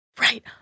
Right